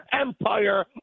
empire